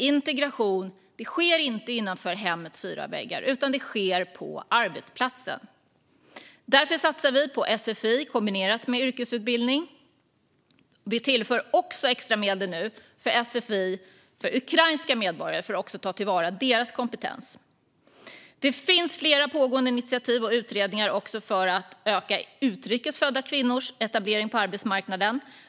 Integration sker inte innanför hemmets fyra väggar utan på arbetsplatsen. Därför satsar vi på sfi kombinerat med yrkesutbildning. Vi tillför nu också extra medel till sfi för ukrainska medborgare för att ta till vara deras kompetens. Det finns flera pågående initiativ och utredningar för att öka utrikes födda kvinnors etablering på arbetsmarknaden.